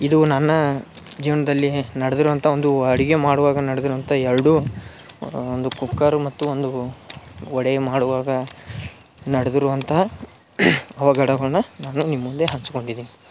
ಇದು ನನ್ನ ಜೀವನದಲ್ಲಿ ನಡ್ದಿರುವಂಥ ಒಂದು ಅಡುಗೆ ಮಾಡುವಾಗ ನಡ್ದಿರುವಂಥ ಎರಡು ಒಂದು ಕುಕ್ಕರು ಮತ್ತು ಒಂದು ವಡೆ ಮಾಡುವಾಗ ನಡೆದಿರುವಂತಹ ಅವಗಡವನ್ನು ನಾನು ನಿಮ್ಮ ಮುಂದೆ ಹಚ್ಕೊಂಡಿದ್ದೀನಿ